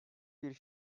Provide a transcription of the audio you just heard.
bir